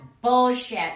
bullshit